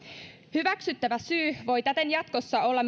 hyväksyttävä syy voi täten jatkossa olla